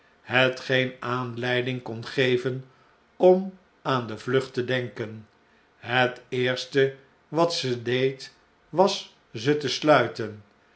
hetgeen aanleiding kon geven om aan de vlucht te denken het eerste wat ze deed was ze te sluiten